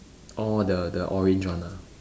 orh the the orange one ah